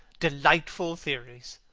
delightful theories.